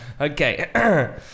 Okay